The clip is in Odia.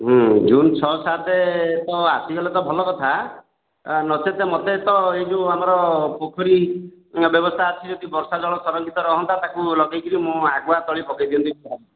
ହଁ ଜୁନ୍ ଛଅ ସାତେ ତ ଆସିଗଲେ ତ ଭଲ କଥା ନଚେତ୍ ମତେତ ଏ ଯେଉଁ ଆମର ପୋଖରୀ ବ୍ୟବସ୍ତା ଆସିଛି ଯଦି ବର୍ଷା ଜଳ ସରଂକ୍ଷିତ ରହନ୍ତା ତାକୁ ଲଗେଇ କିରି ମୁଁ ଆଗୁଆ ତଳି ପକେଇ ଦିଅନ୍ତି